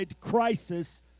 crisis